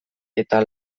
eta